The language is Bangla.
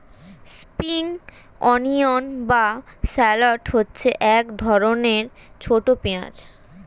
স্প্রিং অনিয়ন বা শ্যালট হচ্ছে এক ধরনের ছোট পেঁয়াজ